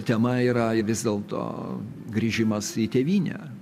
tema yra vis dėlto grįžimas į tėvynę